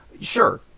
sure